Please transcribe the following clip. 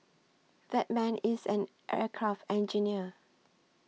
that man is an aircraft engineer